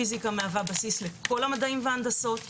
פיזיקה מהווה בסיס לכל המדעים וההנדסות,